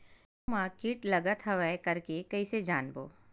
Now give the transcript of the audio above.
गेहूं म कीट लगत हवय करके कइसे जानबो?